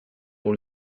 pour